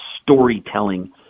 storytelling